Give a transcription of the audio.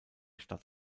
stadt